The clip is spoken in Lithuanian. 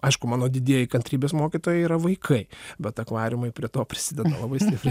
aišku mano didieji kantrybės mokytojai yra vaikai bet akvariumai prie to prisideda labai stipriai